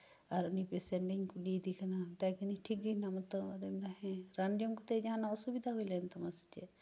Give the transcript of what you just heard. ᱟᱨ ᱩᱱᱤ ᱯᱮᱥᱮᱱᱴ ᱤᱧ ᱠᱩᱞᱤᱭᱮᱫᱮ ᱠᱟᱱᱟ ᱢᱮᱛᱟᱭ ᱠᱟᱹᱱᱟᱹᱧ ᱴᱷᱤᱠ ᱜᱮ ᱢᱮᱱᱟᱢᱟᱛᱚ ᱟᱫᱚᱭ ᱢᱮᱱ ᱮᱫᱟ ᱦᱮᱸ ᱨᱟᱱ ᱡᱚᱢ ᱠᱟᱛᱮᱫ ᱡᱟᱦᱟᱸᱱᱟᱜ ᱚᱥᱩᱵᱤᱫᱷᱟ ᱦᱩᱭ ᱞᱮᱱ ᱛᱟᱢ ᱥᱮ ᱪᱮᱫ